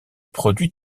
produit